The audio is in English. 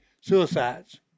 suicides